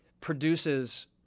produces